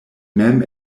mem